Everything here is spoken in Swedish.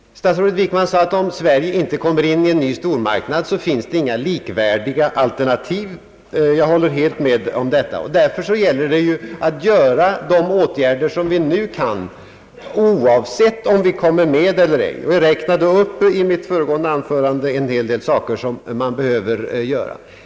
Statsrådet Wickman sade att det, om Sverige inte kommer med i en ny stormarknad, inte finns några likvärdiga alternativ. Jag håller helt med om detta. Därför gäller det ju att genomföra de åtgärder som vi nu har möjlighet till oavsett om vi kommer med eller ej. I mitt föregående anförande räknade jag upp en del saker som man borde göra.